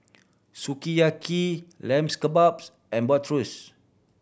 Sukiyaki Lamb Kebabs and Bratwurst